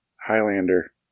Highlander